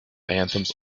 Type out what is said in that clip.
anthems